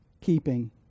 keeping